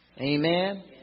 Amen